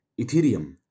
Ethereum